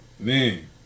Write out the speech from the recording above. Man